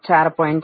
6 volt 4